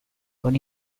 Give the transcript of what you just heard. con